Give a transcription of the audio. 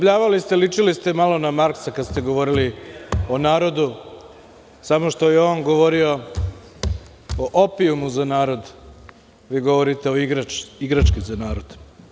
Ličili ste malo na Marksa kada ste govorili o narodu, samo što je on govorio o opijumu za narod, a vi govorite o igrački za narod.